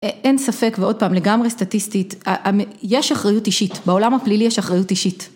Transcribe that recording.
אין ספק ועוד פעם לגמרי סטטיסטית יש אחריות אישית בעולם הפלילי יש אחריות אישית